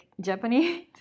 Japanese